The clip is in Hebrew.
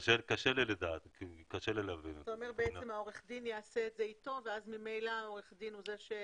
אתה אומר שעורך הדין יעשה את זה אתו ואז ממילא עורך הדין הוא זה שינגיש.